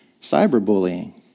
cyberbullying